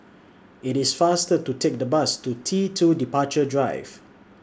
IT IS faster to Take The Bus to T two Departure Drive